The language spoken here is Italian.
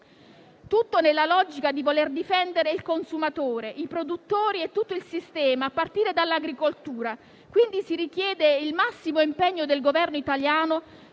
Tutto è nella logica di voler difendere il consumatore, i produttori e tutto il sistema, a partire dall'agricoltura. Si richiede, quindi, il massimo impegno del Governo italiano